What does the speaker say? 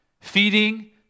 feeding